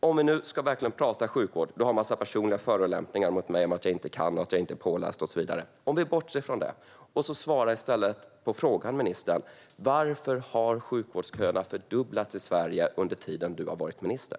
Om vi nu verkligen ska prata sjukvård och bortser från alla dina personliga förolämpningar mot mig om att jag inte kan, inte är påläst och så vidare, svara då i stället på frågan, ministern: Varför har sjukvårdsköerna fördubblats i Sverige under den tid du har varit minister?